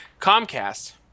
Comcast